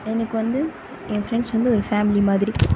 எனக்கு வந்து என் ஃப்ரெண்ட்ஸ் வந்து ஒரு ஃபேமிலி மாதிரி